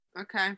Okay